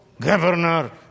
governor